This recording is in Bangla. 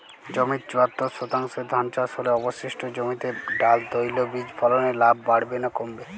জমির চুয়াত্তর শতাংশে ধান চাষ হলে অবশিষ্ট জমিতে ডাল তৈল বীজ ফলনে লাভ বাড়বে না কমবে?